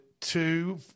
two